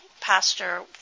pastor